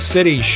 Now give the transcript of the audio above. City